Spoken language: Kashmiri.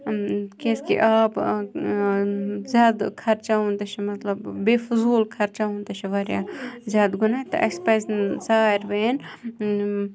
کیٛازِکہِ آب زیادٕ خرچاوُن تہِ چھُ مطلب بے فٔضوٗل خرچاوُن تہِ چھُ واریاہ زیادٕ گُناہ تہٕ اَسہِ پَزِ ساروِیَن